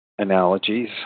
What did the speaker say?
analogies